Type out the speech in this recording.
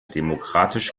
demokratisch